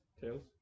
Tails